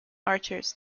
archers